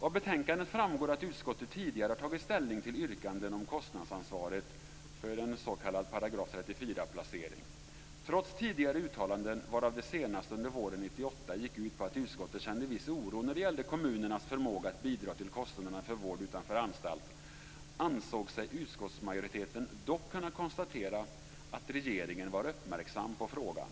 Av betänkandet framgår att utskottet tidigare har tagit ställning till yrkanden om kostnadsansvaret för en s.k. § 34-placering. Trots tidigare uttalanden, varav det senaste under våren 1998, som gick ut på att utskottet kände viss oro när det gällde kommunernas förmåga att bidra till kostnaderna för vård utanför anstalt ansåg sig utskottsmajoriteten dock kunna konstatera att regeringen var uppmärksam på frågan.